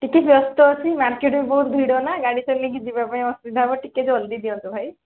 ଟିକିଏ ବ୍ୟସ୍ତ ଅଛି ମାର୍କେଟ୍ ବି ବହୁତ ଭିଡ଼ ନା ଗାଡ଼ି ଚଲାଇକି ଯିବା ପାଇଁ ଅସୁବିଧା ହେବ ଟିକେ ଜଲ୍ଦି ଦିଅନ୍ତୁ ଭାଇ